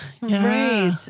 Right